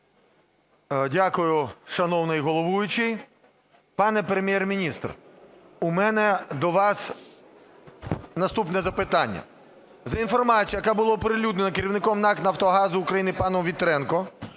Дякую, шановний головуючий. Пане Прем'єр-міністре, в мене до вас наступне запитання. За інформацією, яка була оприлюднена керівником НАК "Нафтогаз України" паном Вітренком,